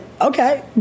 okay